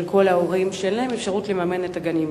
כל ההורים שאין להם אפשרות לממן את הגנים